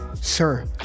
Sir